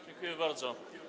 Dziękuję bardzo.